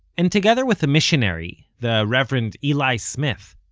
and together with a missionary, the reverend eli smith,